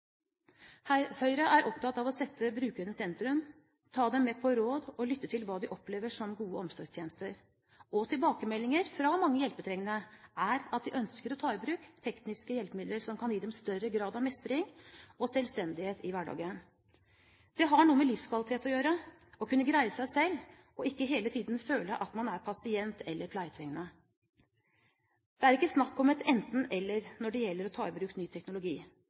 Høyre er opptatt av å sette brukerne i sentrum, ta dem med på råd og lytte til hva de opplever som gode omsorgstjenester. Tilbakemeldinger fra mange hjelpetrengende er at de ønsker å ta i bruk tekniske hjelpemidler som kan gi dem større grad av mestring og selvstendighet i hverdagen. Det å kunne greie seg selv, og ikke hele tiden føle at man er pasient eller pleietrengende, har noe med livskvalitet å gjøre. Det er ikke snakk om et enten–eller når det gjelder å ta i bruk ny teknologi.